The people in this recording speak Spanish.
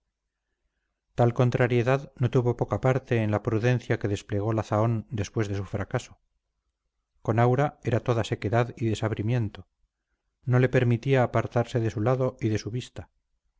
tal contrariedad no tuvo poca parte en la prudencia que desplegó la zahón después de su fracaso con aura era toda sequedad y desabrimiento no le permitía apartarse de su lado y de su vista